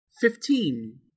Fifteen